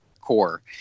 core